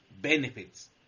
benefits